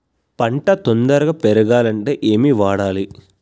పంట తొందరగా పెరగాలంటే ఏమి వాడాలి?